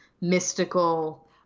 mystical